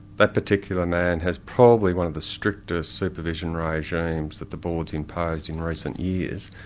that particular man has probably one of the stricter supervision regimes that the board's imposed in recent years,